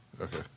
Okay